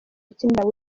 ukinira